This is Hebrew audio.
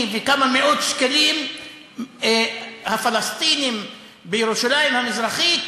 וכמה מאות שקלים הפלסטינים בירושלים המזרחית